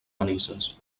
manises